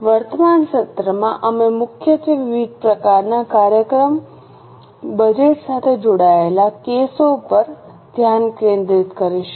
વર્તમાન સત્રમાં અમે મુખ્યત્વે વિવિધ પ્રકારના કાર્યાત્મક બજેટ સાથે જોડાયેલા કેસો પર ધ્યાન કેન્દ્રિત કરીશું